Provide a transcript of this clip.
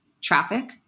traffic